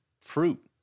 Fruit